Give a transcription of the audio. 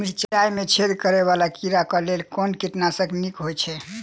मिर्चाय मे छेद करै वला कीड़ा कऽ लेल केँ कीटनाशक नीक होइ छै?